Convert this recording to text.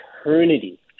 eternity